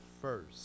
first